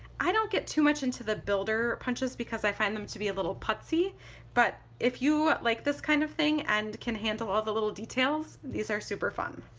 i don't get too much into the builder punches because i find them to be a little putsy but if you like this kind of thing and can handle all the little details these are super fun.